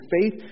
faith